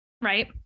right